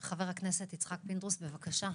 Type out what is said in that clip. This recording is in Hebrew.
חבר הכנסת יצחק פינדרוס, בבקשה.